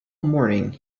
morning